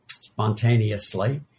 spontaneously